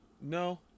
No